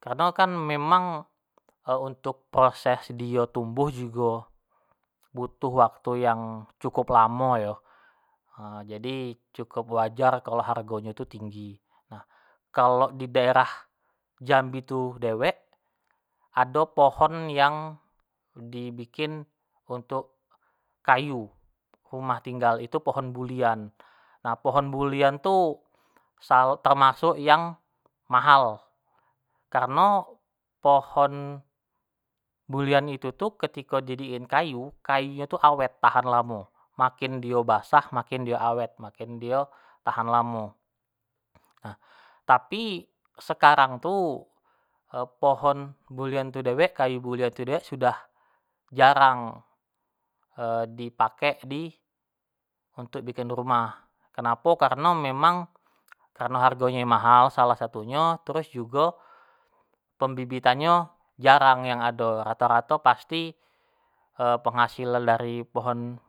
Kareno kan memang untuk proses dio tumbuh jugo butuh waktu yang cukup lamo yo, jadi cukup wajar kalo hargo nyo tinggi, nah kalo di daerah jambi tu dewek ado pohon yang di bikin untuk kayu rumah tinggal, itu pohon bulian, nah pohon bulian tu sal termasuk yang mahal, kareno pohon bulian itu tu ketiko di jadiin kayu, kayu nyo tu awet, tahan lamo, makin dio basah, makin dio awet, makin di tahan lamo, nah tapi, sekarang tu pohon bulian tu dewek, kayu bulian tu dewek sudah jarang, di pake di untuk bikin rumah, kenapo, kareno memang kareno hargo nyo yang mahal salah satu nyo, terus jugo pembibitannyo jarang yang ado, rato-rato pasti penghasilan dari pohon